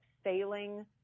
failing